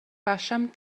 pašam